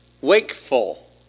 wakeful